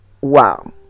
wow